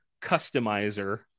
customizer